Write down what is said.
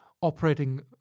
operating